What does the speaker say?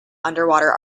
underwater